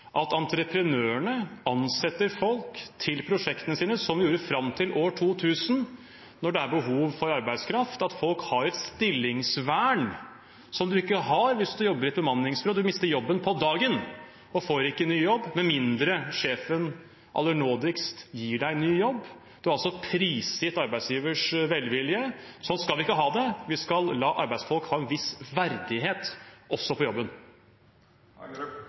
at entreprenørene ansetter folk til prosjektene sine – som de gjorde fram til år 2000 – når det er behov for arbeidskraft, at folk har et stillingsvern som de ikke har hvis de jobber i et bemanningsbyrå – de mister jobben på dagen og får ikke ny jobb med mindre sjefen aller nådigst gir dem ny jobb. De er altså prisgitt arbeidsgivers velvilje. Sånn skal vi ikke ha det. Vi skal la arbeidsfolk ha en viss verdighet – også på jobben.